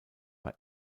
war